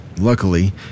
Luckily